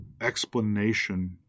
explanation